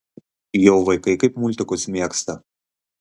jau vaikai kaip multikus mėgsta